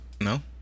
no